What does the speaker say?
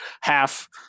Half